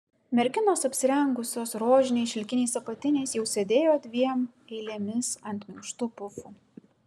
merginos apsirengusios rožiniais šilkiniais apatiniais jau sėdėjo dviem eilėmis ant minkštų pufų